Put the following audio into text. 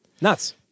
Nuts